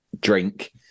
drink